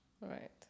Right